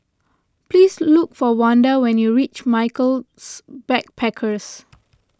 please look for Wanda when you reach Michaels Backpackers